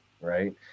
right